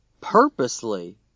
purposely